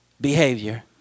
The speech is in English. behavior